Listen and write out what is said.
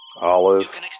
Olive